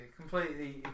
completely